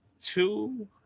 two